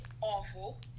Awful